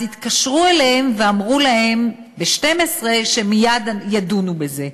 אז התקשרו אליהם ואמרו להם ב-24:00 שמייד ידונו בזה.